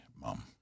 Mom